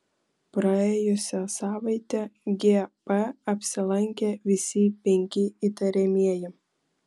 praėjusią savaitę gp apsilankė visi penki įtariamieji